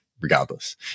regardless